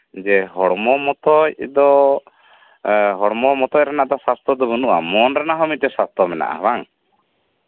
ᱡᱮ ᱦᱚᱲᱢᱚ ᱢᱚᱛᱚᱡ ᱨᱮᱱᱟᱜ ᱫᱚ ᱥᱟᱥᱛᱷᱚ ᱫᱚ ᱵᱟᱹᱱᱩᱜᱼᱟ ᱢᱚᱱ ᱨᱮᱱᱟᱜ ᱦᱚᱸ ᱢᱤᱫᱴᱮᱱ ᱥᱟᱥᱛᱷᱳ ᱢᱮᱱᱟᱜᱼᱟ ᱵᱟᱝ